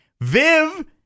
Viv